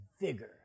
vigor